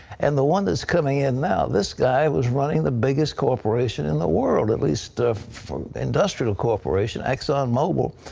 and the one that is coming in now, this guy was running the biggest corporation in the world, at least industrial corporation, exxon-mobil.